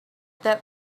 that